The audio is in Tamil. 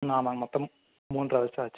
ம் ஆமாங்க மொத்தமாக மூன்றை வருஷம் ஆச்சுங்க